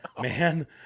man